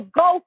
go